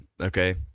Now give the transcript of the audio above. Okay